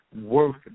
worth